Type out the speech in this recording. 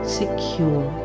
secure